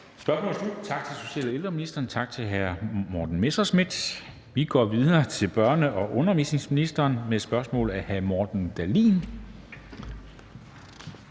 Spørgsmålet er slut. Tak til social- og ældreministeren. Tak til hr. Morten Messerschmidt. Vi går videre til børne- og undervisningsministeren med et spørgsmål af hr. Morten Dahlin.